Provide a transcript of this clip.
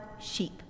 sheep